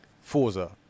Forza